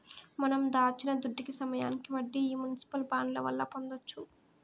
మనం దాచిన దుడ్డుకి సమయానికి వడ్డీ ఈ మునిసిపల్ బాండ్ల వల్ల పొందొచ్చు